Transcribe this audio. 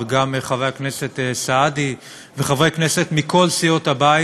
וגם חבר הכנסת סעדי וחברי כנסת מכל סיעות הבית,